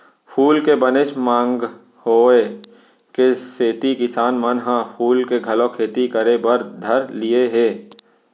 फूल के बनेच मांग होय के सेती किसान मन ह फूल के घलौ खेती करे बर धर लिये हें